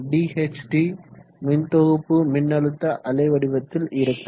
DHT மின்தொகுப்பு மின்னழுத்த அலைவடிவ்த்தில் இருக்கும்